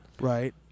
Right